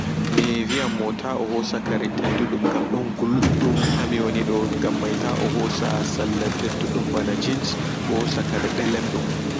Mi vianmo ta ohosa kare teddu dum gam don guldum hami woni do gammai ta ohosa salla teddudum ɓana jeans ohosa kare delemdum.